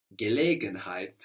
Gelegenheit